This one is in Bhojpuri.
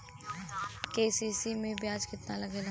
के.सी.सी में ब्याज कितना लागेला?